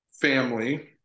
family